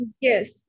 Yes